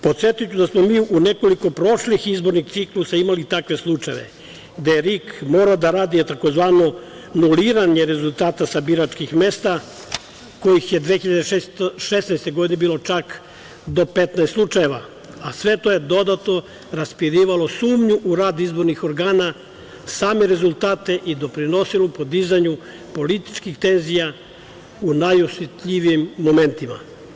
Podsetiću da smo mi u nekoliko prošlih izbornih ciklusa imali i takve slučajeve gde je RIK morao da radi tzv. anuliranje rezultata sa biračkih mesta, kojih je 2016. godine bilo čak do 15 slučajeva, a sve to je dodatno raspirivalo sumnju u rad izbornih organa, same rezultate i doprinosilo podizanju političkih tenzija u najosetljivijim momentima.